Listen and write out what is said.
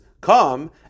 come